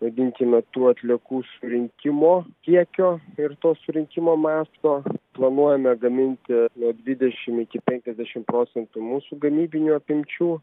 vadinkime tų atliekų surinkimo kiekio ir to surinkimo masto planuojame gaminti nuo dvidešim iki penkiasdešim procentų mūsų gamybinių apimčių